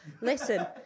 Listen